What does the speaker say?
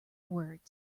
words